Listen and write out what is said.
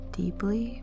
deeply